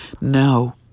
No